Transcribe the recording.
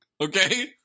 Okay